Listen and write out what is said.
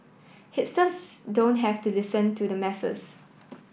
hipsters don't have to listen to the masses